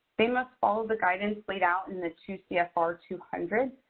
they must follow the guidance laid out in the two c f r. two hundred.